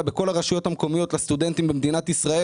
בכל הרשויות המקומיות לסטודנטים במדינת ישראל.